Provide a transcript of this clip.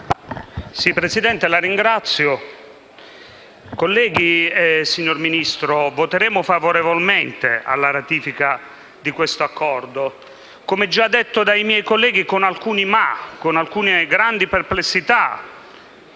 Presidente, colleghi, signor Ministro, voteremo favorevolmente alla ratifica di questo Accordo. Come già detto dai miei colleghi, lo faremo con alcuni «ma» e con alcune grandi perplessità.